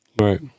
Right